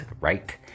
right